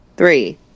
Three